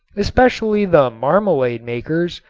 especially the marmalade-makers,